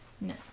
No